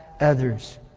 others